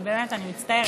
באמת, אני מצטערת.